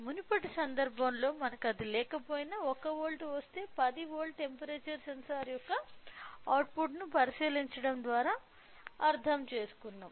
మునుపటి సందర్భంలో మనకు అది లేకపోయినా నేను 1 వోల్ట్ వస్తే 10 వోల్ట్ల టెంపరేచర్ సెన్సార్ యొక్క అవుట్పుట్ను పరిశీలించడం ద్వారా అర్థం చేసుకున్నాం